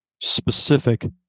specific